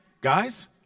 Guys